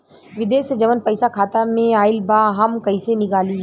विदेश से जवन पैसा खाता में आईल बा हम कईसे निकाली?